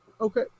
Okay